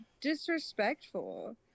disrespectful